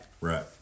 Right